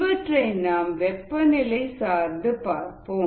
இவற்றை நாம் வெப்பநிலை சார்ந்து பார்ப்போம்